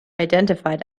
identified